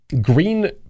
Green